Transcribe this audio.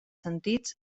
sentits